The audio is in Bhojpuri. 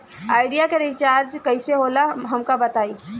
आइडिया के रिचार्ज कईसे होला हमका बताई?